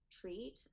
treat